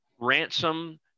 Ransom